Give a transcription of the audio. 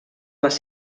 les